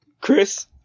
Chris